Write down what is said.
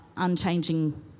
unchanging